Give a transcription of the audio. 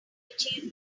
achieve